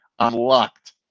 Unlocked